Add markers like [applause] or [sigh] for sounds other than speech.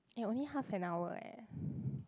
eh only half an hour leh [breath]